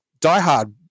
diehard